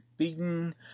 Beaten